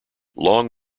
long